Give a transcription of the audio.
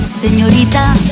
señorita